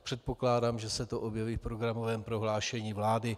Předpokládám, že se to objeví v programovém prohlášení vlády.